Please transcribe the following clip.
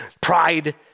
pride